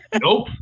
nope